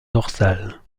dorsale